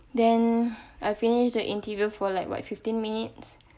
then I finish the interview for like what fifteen minutes